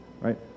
right